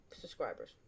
subscribers